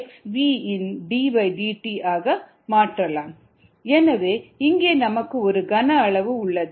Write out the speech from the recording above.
rdVddtVddt எனவே இங்கே நமக்கு ஒரு கன அளவு உள்ளது